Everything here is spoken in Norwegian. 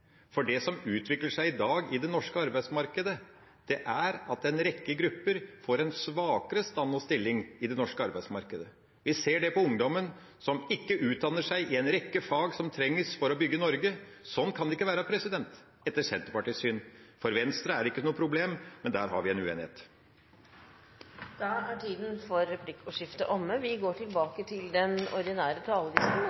for det som utvikler seg i dag i det norske arbeidsmarkedet, er at en rekke grupper får en svakere stand og stilling. Vi ser det på ungdommen, som ikke utdanner seg i en rekke fag som trengs for å bygge Norge. Sånn kan det ikke være, etter Senterpartiets syn. For Venstre er det ikke noe problem, men der har vi en uenighet. Replikkordskiftet er omme. Noreg har ei relativt låg arbeidsløyse, og det har vi